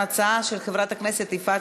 זה אומר שההצעה עוברת לוועדת הכנסת לקביעת